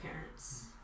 parents